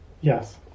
Yes